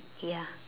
ya